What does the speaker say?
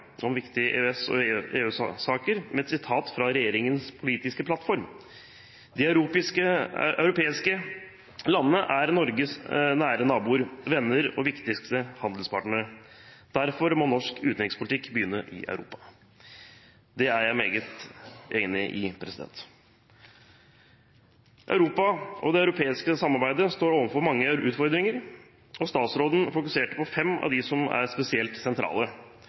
om viktige EØS- og EU-saker med et sitat fra regjeringens politiske plattform: «De europeiske landene er Norges nære naboer, venner og viktigste handelspartnere. Derfor må norsk utenrikspolitikk begynne i Europa.» Det er jeg svært enig i. Europa og det europeiske samarbeidet står overfor mange utfordringer, og statsråden fokuserte på fem av dem som er spesielt sentrale.